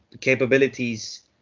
capabilities